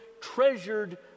treasured